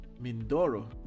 Mindoro